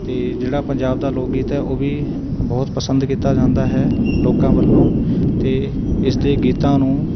ਅਤੇ ਜਿਹੜਾ ਪੰਜਾਬ ਦਾ ਲੋਕ ਗੀਤ ਹੈ ਉਹ ਵੀ ਬਹੁਤ ਪਸੰਦ ਕੀਤਾ ਜਾਂਦਾ ਹੈ ਲੋਕਾਂ ਵੱਲੋਂ ਅਤੇ ਇਸ ਦੇ ਗੀਤਾਂ ਨੂੰ